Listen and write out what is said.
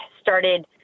started